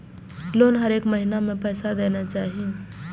Loan हरेक महीना में पैसा देना चाहि?